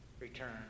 return